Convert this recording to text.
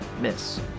Miss